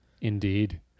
Indeed